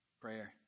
prayer